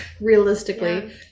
realistically